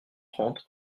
trente